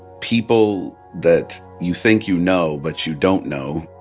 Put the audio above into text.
people that you think you know but you don't know,